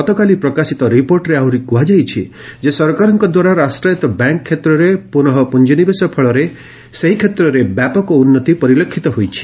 ଗତକାଲି ପ୍ରକାଶିତ ରିପୋର୍ଟରେ ଆହୁରି କୁହାଯାଇଛି ସରକାରଙ୍କଦ୍ୱାରା ରାଷ୍ଟ୍ରାୟତ୍ତ ବ୍ୟାଙ୍କ୍ କ୍ଷେତ୍ରରେ ପୁନଃ ପୁଞ୍ଜିନିବେଶ ଫଳରେ ସେହି କ୍ଷେତ୍ରରେ ବ୍ୟାପକ ଉନ୍ନତି ପରିଲକ୍ଷିତ ହୋଇଛି